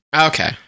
Okay